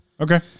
Okay